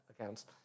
accounts